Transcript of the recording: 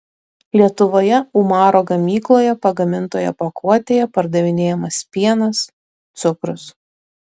lietuvoje umaro gamykloje pagamintoje pakuotėje pardavinėjamas pienas cukrus